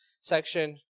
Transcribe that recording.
section